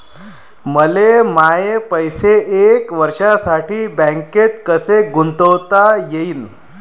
मले माये पैसे एक वर्षासाठी बँकेत कसे गुंतवता येईन?